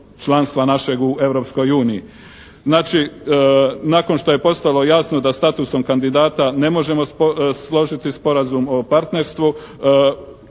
članstva našeg u Europskoj uniji. Znači nakon što je postalo jasno da statusom kandidata ne možemo složiti Sporazum o partnerstvu